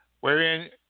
wherein